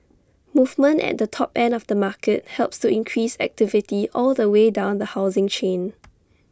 movement at the top end of the market helps to increase activity all the way down the housing chain